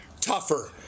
Tougher